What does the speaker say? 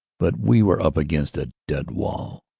but we were up against a dead vall.